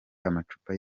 amacupa